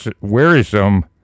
wearisome